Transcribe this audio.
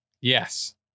Yes